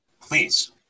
Please